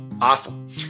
Awesome